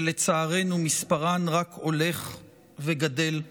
ולצערנו מספרן רק הולך וגדל.